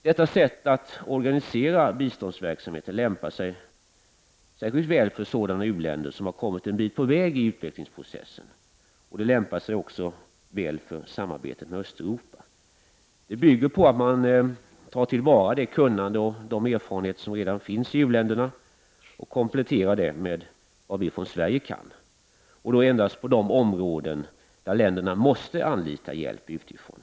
Detta sätt att organisera biståndsverksamheten lämpar sig särskilt väl för sådana u-länder som har kommit en bit på väg i utvecklingsprocessen, och det lämpar sig också väl för samarbetet med Östeuropa. Det bygger på att man tar till vara det kunnande och de erfarenheter som redan finns i u-länderna och kompletterar det med vad vi från Sverige kan. Verksamheten blir aktuell endast på de områden där länderna måste anlita hjälp utifrån.